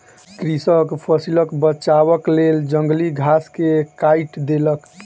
कृषक फसिलक बचावक लेल जंगली घास के काइट देलक